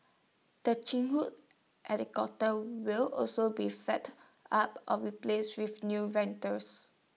the Chinook helicopters will also be fight up or replaced with new